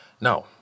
Now